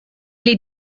est